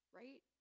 right